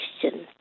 question